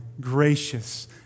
gracious